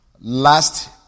Last